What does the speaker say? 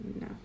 No